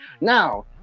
Now